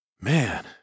Man